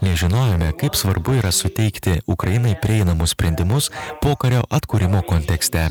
nes žinojome kaip svarbu yra suteikti ukrainai prieinamus sprendimus pokario atkūrimo kontekste